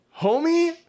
Homie